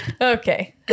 Okay